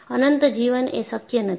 અનંત જીવન એ શક્ય નથી